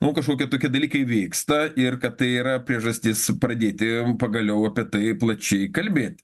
nu kažkokie tokie dalykai vyksta ir kad tai yra priežastis pradėti pagaliau apie tai plačiai kalbėti